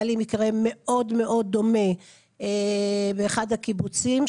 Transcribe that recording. היה לי מקרה מאוד מאוד דומה באחד הקיבוצים,